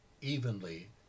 evenly